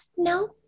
No